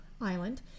island